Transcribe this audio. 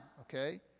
okay